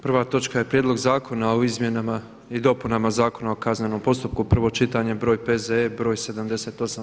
Prva točka je Prijedlog zakona o izmjenama i dopunama Zakona o kaznenom postupku, prvo čitanje, P.Z.E. broj 78.